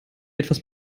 etwas